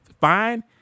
fine